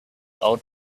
old